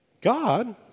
God